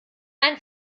einen